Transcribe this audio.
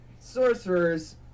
Sorcerers